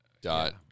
dot